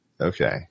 Okay